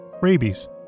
rabies